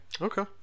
Okay